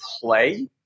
play